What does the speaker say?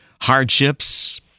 hardships